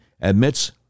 admits